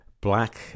black